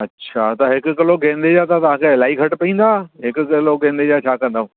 अच्छा त हिकु किलो गेंदे जा त तव्हांखे इलाही घटि पवंदा हिकु किलो गेंदे जा छा कंदव